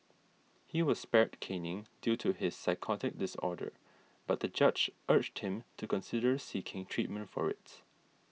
he was spared caning due to his psychotic disorder but the judge urged him to consider seeking treatment for it